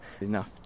enough